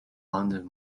london